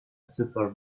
super